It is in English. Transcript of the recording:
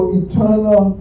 eternal